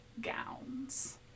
gowns